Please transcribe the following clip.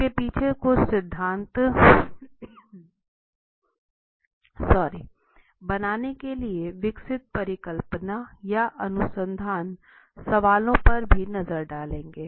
इसके पीछे कुछ सिद्धांत बनाने के लिए विकसित परिकल्पना या अनुसंधान सवालों पर भी नज़र डालेंगे